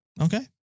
Okay